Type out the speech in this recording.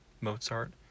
Mozart